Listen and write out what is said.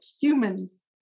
humans